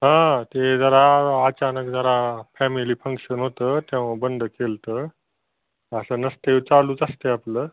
हां ते जरा अचानक जरा फॅमिली फंक्शन होतं तेव्हा बंद केलं होतं असं नसतंय चालूच असते आहे आपलं